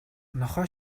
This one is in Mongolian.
нохой